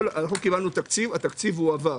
קיבלנו תקציב והוא הועבר.